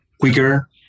quicker